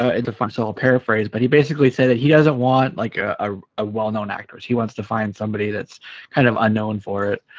ah it's a functional paraphrase but he basically said that he doesn't want like ah a well-known actress he wants to find somebody that's kind of unknown for it